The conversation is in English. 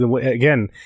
again